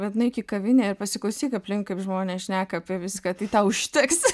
bet nueik į kavinę ir pasiklausyk aplink kaip žmonės šneka apie viską tai tau užteks